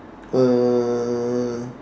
um